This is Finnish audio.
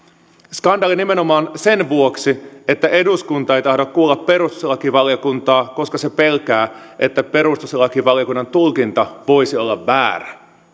skandaali nimenomaan sen vuoksi että eduskunta ei tahdo kuulla perustuslakivaliokuntaa koska se pelkää että perustuslakivaliokunnan tulkinta voisi olla väärä